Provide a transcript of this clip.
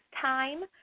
time